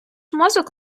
мозок